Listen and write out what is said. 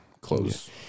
close